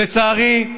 לצערי,